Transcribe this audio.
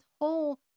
whole